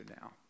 now